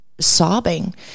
sobbing